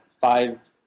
five